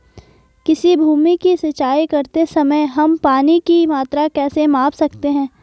किसी भूमि की सिंचाई करते समय हम पानी की मात्रा कैसे माप सकते हैं?